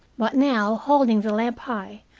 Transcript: but now, holding the lamp high,